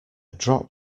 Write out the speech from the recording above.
dropped